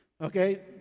Okay